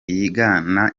yigana